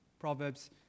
Proverbs